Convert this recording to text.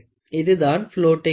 இதுதான் ப்ளோட்டிங் வகை